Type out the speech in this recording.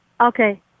Okay